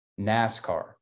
NASCAR